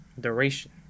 duration